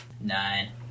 Nine